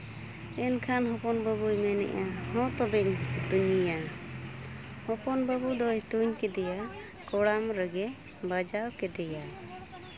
ᱮᱱᱠᱷᱟᱱ ᱦᱚᱯᱚᱱ ᱵᱟᱹᱵᱩᱭ ᱢᱮᱱᱮᱜᱼᱟ ᱦᱚᱸ ᱛᱚᱵᱮᱧ ᱛᱩᱧᱮᱭᱟ ᱦᱚᱯᱚᱱ ᱵᱟᱹᱵᱩ ᱫᱚᱭ ᱛᱩᱧ ᱠᱮᱫᱮᱭᱟᱭ ᱠᱚᱲᱟᱢ ᱨᱮᱜᱮ ᱵᱟᱡᱟᱣ ᱠᱮᱫᱮᱭᱟᱭ